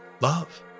love